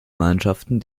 mannschaften